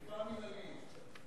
אכיפה מינהלית,